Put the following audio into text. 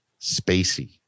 spacey